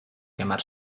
quemar